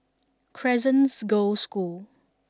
Crescent Girls' School